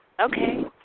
Okay